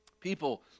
People